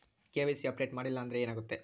KYC update ಮಾಡಿಲ್ಲ ಅಂದ್ರೆ ಏನಾಗುತ್ತೆ?